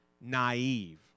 naive